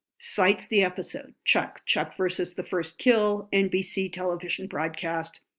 cites the episode, chuck chuck versus the first kill, nbc television broadcast.